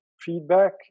feedback